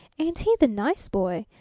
ain't he the nice boy!